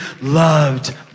loved